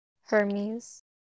Hermes